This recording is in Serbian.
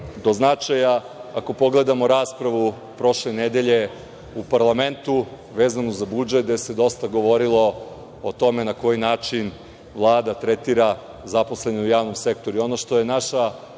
do značaja, ako pogledamo raspravu prošle nedelje u parlamentu vezanu za budžet gde se dosta govorilo o tome na koji način Vlada tretira zaposlene u javnom sektoru. Ono